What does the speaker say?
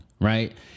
right